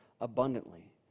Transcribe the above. abundantly